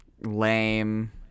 Lame